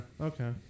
Okay